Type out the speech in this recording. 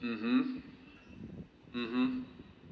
mmhmm mmhmm